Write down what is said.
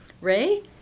Ray